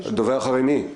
דובר אחרי מי?